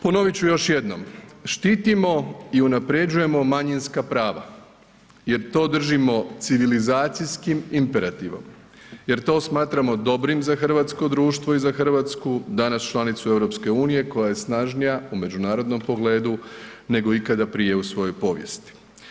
Ponovit ću još jednom, štitimo i unaprjeđujemo manjinska prava jer to držimo civilizacijskim imperativom, jer to smatramo dobrim za hrvatsko društvo i za Hrvatsku, danas članicu EU-a koja je snažnija u međunarodnom pogledu nego ikada prije u svojoj povijesti.